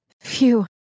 Phew